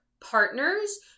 partners